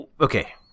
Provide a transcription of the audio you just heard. okay